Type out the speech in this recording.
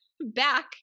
back